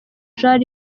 jean